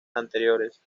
anteriores